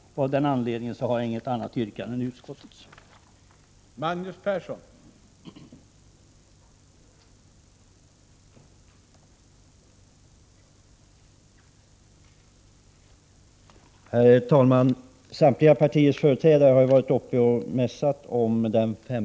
Av den anledningen har jag inget annat yrkande än bifall till utskottets hemställan.